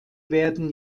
werden